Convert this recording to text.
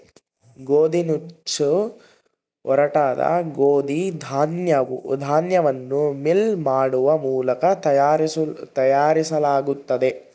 ಗೋದಿನುಚ್ಚು ಒರಟಾದ ಗೋದಿ ಧಾನ್ಯವನ್ನು ಮಿಲ್ ಮಾಡುವ ಮೂಲಕ ತಯಾರಿಸಲಾಗುತ್ತದೆ